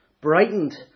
brightened